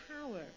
power